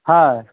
হ্যাঁ